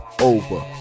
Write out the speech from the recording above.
Over